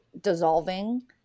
dissolving